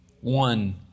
One